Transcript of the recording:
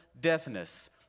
deafness